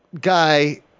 guy